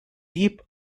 deep